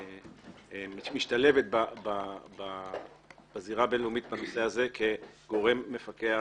משתלבת בזירה הבין-לאומית בנושא הזה כגורם מפקח